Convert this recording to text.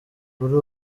kuri